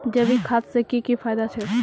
जैविक खाद से की की फायदा छे?